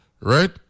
Right